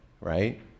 right